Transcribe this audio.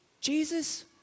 Jesus